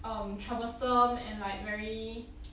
um troublesome and like very